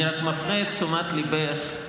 אני רק מפנה את תשומת ליבך,